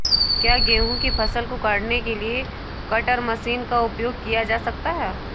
क्या गेहूँ की फसल को काटने के लिए कटर मशीन का उपयोग किया जा सकता है?